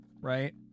right